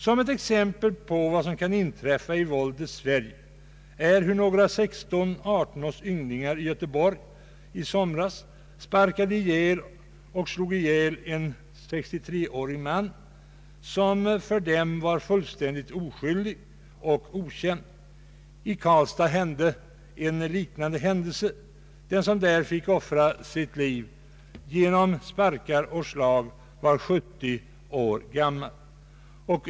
Som ett exempel på vad som kan inträffa i våldets Sverige kan anföras hur några 16—18-års ynglingar i Göteborg sparkade och slog ihjäl en 63-årig man som var fullständigt oskyldig och för dem okänd. I Karlstad inträffade en liknande händelse. Den som där fick offra sitt liv genom sparkar och slag var 70 år gammal.